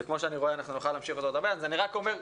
אז אני רק אומר,